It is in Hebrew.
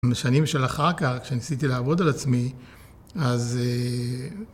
שנים של אחר כך, כשניסיתי לעבוד על עצמי, אז...